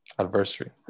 Adversary